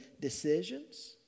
decisions